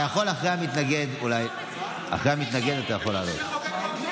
ואז אתה בא בטענות כאילו אנחנו קוראים להם לסרבנות.